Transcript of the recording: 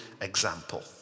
example